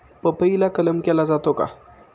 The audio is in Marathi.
पपईला कलम केला जातो का?